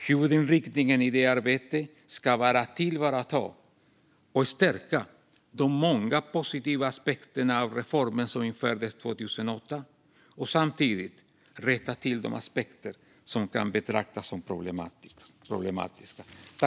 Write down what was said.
Huvudinriktningen i detta arbete ska vara att tillvarata och stärka de många positiva aspekterna av den reform som infördes 2008 och samtidigt rätta till de aspekter som kan betraktas som problematiska.